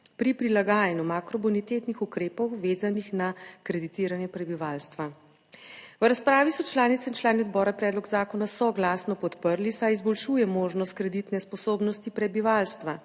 pri prilagajanju makrobonitetnih ukrepov vezanih na kreditiranje prebivalstva. V razpravi so članice in člani odbora predlog zakona soglasno podprli, saj izboljšuje možnost kreditne sposobnosti prebivalstva,